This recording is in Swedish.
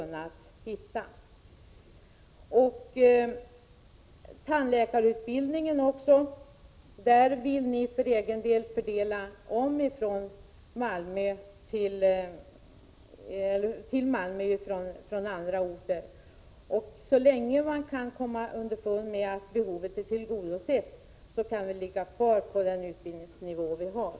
När det gäller tandläkarutbildningen vill centerpartiet fördela om utbild ningsplatser till Malmö från andra orter. Så länge som behovet är tillgodosett bör dock den nuvarande utbildningsnivån bibehållas.